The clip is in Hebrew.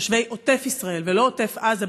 תושבי עוטף ישראל ולא עוטף עזה,